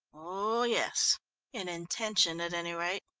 oh yes in intention, at any rate.